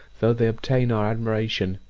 though they obtain our admiration,